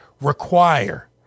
require